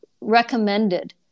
recommended